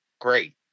great